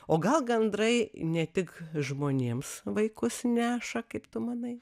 o gal gandrai ne tik žmonėms vaikus neša kaip tu manai